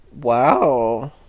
Wow